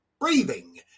breathing